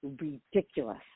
ridiculous